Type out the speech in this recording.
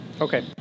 Okay